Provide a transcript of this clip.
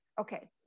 Okay